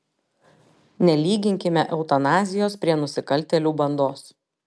nelyginkime eutanazijos prie nusikaltėlių bandos